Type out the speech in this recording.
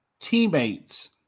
teammates